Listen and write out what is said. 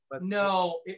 No